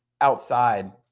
outside